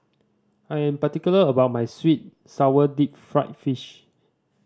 I am particular about my sweet sour deep fried fish